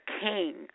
king